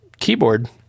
Keyboard